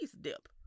dip